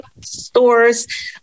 stores